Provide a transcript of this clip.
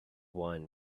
wine